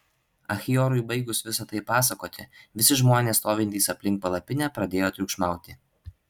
achiorui baigus visa tai pasakoti visi žmonės stovintys aplink palapinę pradėjo triukšmauti